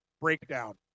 breakdown